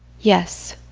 yes,